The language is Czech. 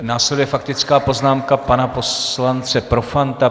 Následuje faktická poznámka pana poslance Profanta.